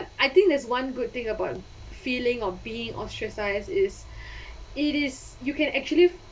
I think there's one good thing about feeling of being ostracised is it is you can actually